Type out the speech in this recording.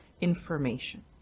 information